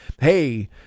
Hey